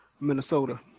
Minnesota